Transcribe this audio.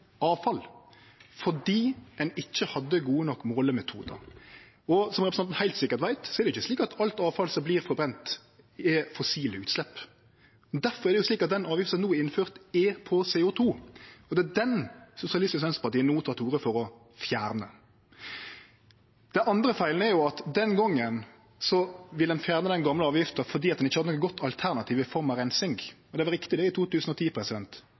avfall fordi ein ikkje hadde gode nok målemetodar, og som representanten heilt sikkert veit, er det ikkje slik at alt avfall som vert brent, er fossile utslepp. Den avgifta som no er innført, er på CO 2 , og det er den SV no tek til orde for å fjerne. Den andre feilen er at den gongen ville ein fjerne den gamle avgifta fordi ein ikkje hadde eit godt alternativ i form av reinsing. Det var riktig i 2010,